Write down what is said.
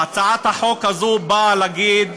הצעת החוק הזו באה להגיד: